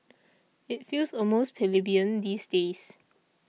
it feels almost plebeian these days